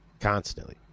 constantly